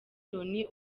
loni